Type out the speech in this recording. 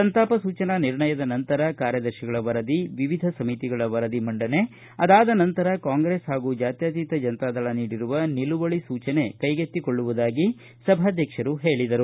ಸಂತಾಪ ಸೂಚನಾ ನಿರ್ಣಯದ ನಂತರ ಕಾರ್ಯದರ್ಶಿಗಳ ವರದಿ ವಿವಿಧ ಸಮಿತಿಗಳ ವರದಿ ಮಂಡನೆ ಅದಾದ ನಂತರ ಕಾಂಗ್ರೆಸ್ ಪಾಗೂ ಜಾತ್ಕಾತೀತ ಜನತಾ ದಳ ನೀಡಿರುವ ನಿಲುವಳಿ ಸೂಜನೆ ಕೈಗೆತ್ತಿಕೊಳ್ಳುವುದಾಗಿ ಸಭಾಧ್ಯಕ್ಷರು ಹೇಳಿದರು